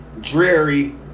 dreary